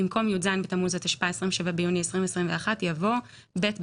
במקום "י"ז בתמוז התשפ"א (27 ביוני 2021)" יבוא "ב'